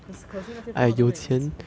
可可惜那些富豪都没有颜值